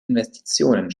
investitionen